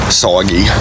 soggy